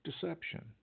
deception